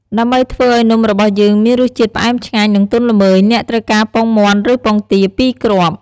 ដើម្បីធ្វើឱ្យនំរបស់យើងមានរសជាតិផ្អែមឆ្ងាញ់ និងទន់ល្មើយ អ្នកត្រូវការ ពងមាន់ ឬពងទា ២ គ្រាប់។